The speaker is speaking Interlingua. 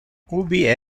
ubi